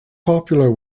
popular